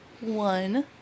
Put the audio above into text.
one